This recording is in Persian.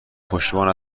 پشتیبان